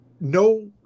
no